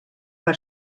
per